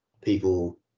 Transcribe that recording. people